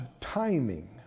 timing